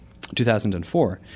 2004